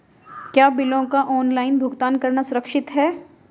क्या बिलों का ऑनलाइन भुगतान करना सुरक्षित है?